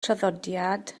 traddodiad